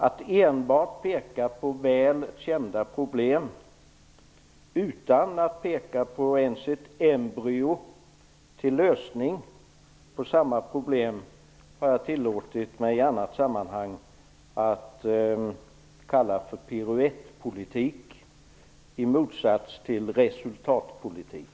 Att enbart peka på väl kända problem, utan att peka på ens ett embryo till lösning på samma problem har jag tillåtit mig i ett annat sammanhang att kalla för piruettpolitik i motsats till resultatpolitik.